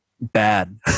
bad